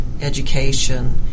education